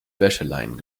wäscheleinen